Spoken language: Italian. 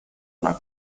una